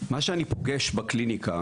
מה שאני פוגש בקליניקה